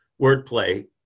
wordplay